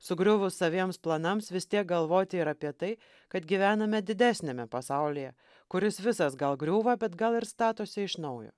sugriuvus saviems planams vis tiek galvoti ir apie tai kad gyvename didesniame pasaulyje kuris visas gal griūva bet gal ir statosi iš naujo